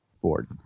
Ford